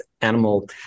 animal